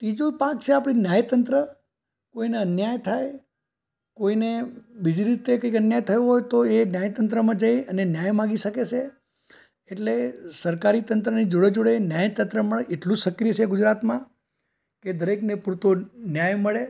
ત્રીજું પાંખ છે આપણે ન્યાય તંત્ર કોઈને અન્યાય થાય કોઈને બીજી રીતે કઈક અન્યાય થયો હોય તો ન્યાયતંત્રમાં જઈ અને ન્યાય માંગી શકે છે એટલે સરકારી તંત્રની જોડે જોડે ન્યાયતંત્ર પણ એટલું સક્રિય છે ગુજરાતમાં કે દરેકને પૂરતો ન્યાય મળે